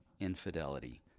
infidelity